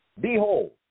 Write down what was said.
Behold